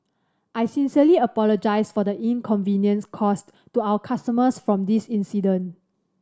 I sincerely apologise for the inconvenience caused to our customers from this incident